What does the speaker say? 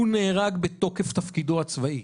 הוא נהרג בתוקף תפקידו הצבאי,